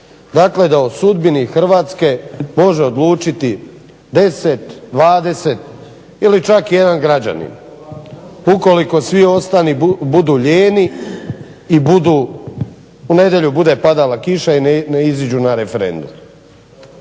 Dakle, da o sudbini Hrvatske može odlučiti 10, 20 ili čak jedan građanin, ukoliko svi ostali budu lijeni i u nedjelju bude padala kiša i ne iziđu na referendum.